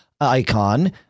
icon